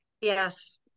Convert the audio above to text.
yes